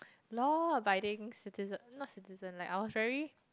law abiding citizen not citizen like I was very